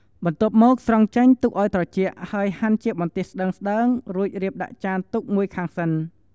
បន្ទាប់មក ស្រង់ចេញទុកឲ្យត្រជាក់ ហើយហាន់ជាបន្ទះស្តើងៗ រួចរៀបដាក់ចានទុកមួយខាងសិន។